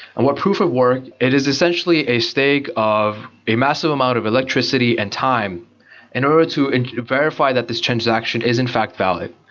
and proof of work, it is essentially a state of a massive amount of electricity and time in order to verify that this transaction is in fact valid.